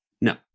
No